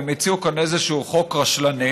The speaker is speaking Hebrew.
והם הציעו כאן איזשהו חוק רשלני,